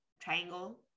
triangle